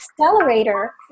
accelerator